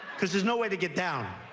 cause there's no way to get down.